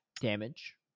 damage